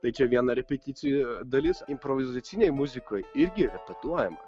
tai čia viena repeticijų dalis improvizacinėj muzikoj irgi repetuojama